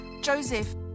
Joseph